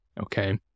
Okay